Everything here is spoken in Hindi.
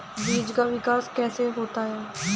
बीज का विकास कैसे होता है?